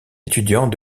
étudiant